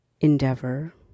endeavor